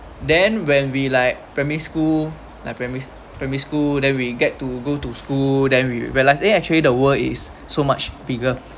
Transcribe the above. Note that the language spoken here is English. then when we like primary school like primary primary school then we get to go to school then we realise eh actually the world is so much bigger